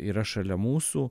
yra šalia mūsų